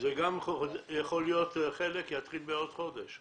יכול להיות שחלק יתחיל גם בעוד חודש.